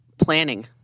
planning